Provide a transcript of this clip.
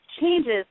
changes